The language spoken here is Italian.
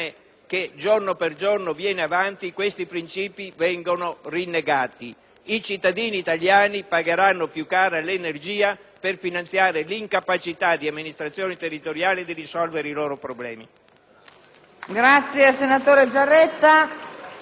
legislazione quotidiana questi principi vengono rinnegati? I cittadini italiani pagheranno più cara l'energia per finanziare l'incapacità delle amministrazioni territoriali di risolvere i loro problemi.